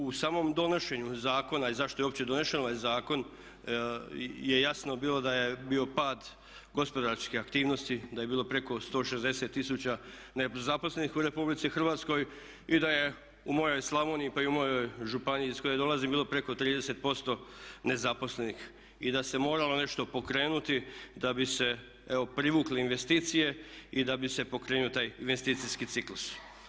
U samom donošenju zakona i zašto je uopće donesen ovaj zakon je jasno bilo da je bio pad gospodarske aktivnosti, da je bilo preko 160 tisuća nezaposlenih u Republici Hrvatskoj i da je u mojoj Slavoniji pri mojoj županiji iz koje dolazim bilo preko 30% nezaposlenih i da se moralo nešto pokrenuti da bi se evo privukle investicije i da bi se pokrenuo taj investicijski ciklus.